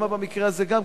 למה במקרה הזה גם,